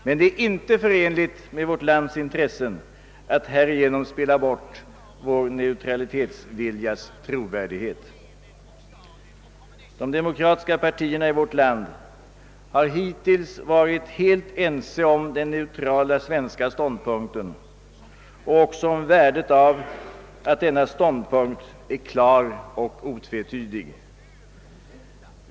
Men det är inte förenligt med vårt lands intressen att härigenom spela bort vår neutralitetsviljas trovärdighet. De demokratiska partierna i vårt land har hittills varit helt ense om den neutrala svenska ståndpunkten och också om värdet av att denna ståndpunkt är klar och otvetydig.